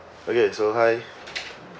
okay so hi